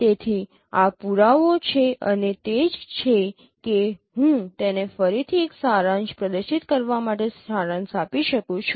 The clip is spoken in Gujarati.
તેથી આ પુરાવો છે અને તે જ છે કે હું તેને ફરીથી એક સારાંશ પ્રદર્શિત કરવા માટે સારાંશ આપી શકું છું